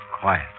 quiet